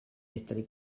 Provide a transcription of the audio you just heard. medru